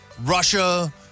Russia